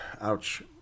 Ouch